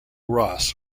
ross